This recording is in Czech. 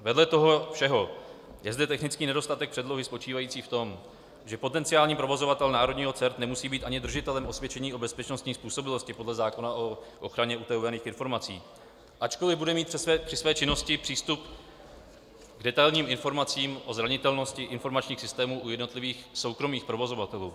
Vedle toho všeho je zde technický nedostatek předlohy spočívající v tom, že potenciální provozovatel národního CERT nemusí být ani držitelem osvědčení o bezpečnostní způsobilosti podle zákona o ochraně utajovaných informací, ačkoli bude mít při své činnosti přístup k detailním informacím o zranitelnosti informačních systému u jednotlivých soukromých provozovatelů.